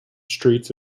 streets